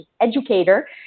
educator